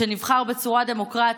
שנבחר בצורה דמוקרטית,